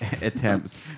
attempts